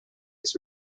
its